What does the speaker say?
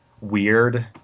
weird